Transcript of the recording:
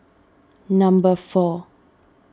number four